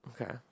Okay